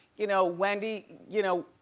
you know, wendy, you know,